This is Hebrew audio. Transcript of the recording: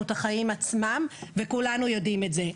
את החיים עצמם וכולנו יודעים את זה.